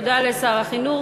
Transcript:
תודה לשר החינוך.